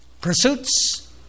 pursuits